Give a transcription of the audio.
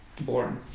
boring